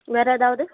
வேறு எதாவது